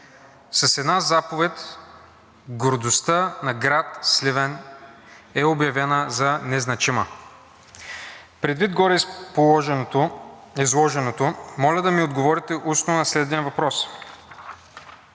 С една заповед гордостта на град Сливен е обявена за незначима. Предвид гореизложеното, моля да ми отговорите устно на следния въпрос: